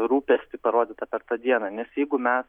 rūpestį parodytą per tą dieną nes jeigu mes